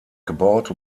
gebaut